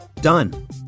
Done